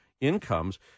incomes